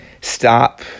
stop